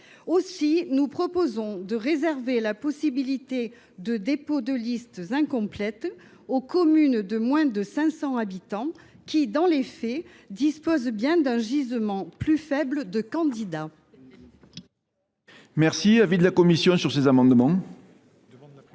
norme. Je propose donc de réserver la possibilité de déposer des listes incomplètes aux communes de moins de 500 habitants, qui, dans les faits, disposent d’un gisement plus faible de candidats.